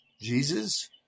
Jesus